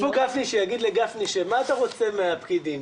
איפה גפני שיגיד לגפני: "מה אתה רוצה מהפקידים?"?